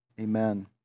Amen